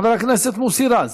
חבר הכנסת מוסי רז,